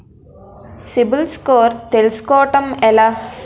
CIBIL score తెల్సుకోటం ఎలా?